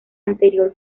anterior